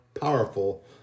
powerful